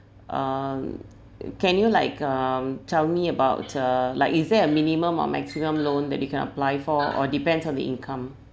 um can you like um tell me about uh like is there a minimum or maximum loan that you can apply for or depends on the income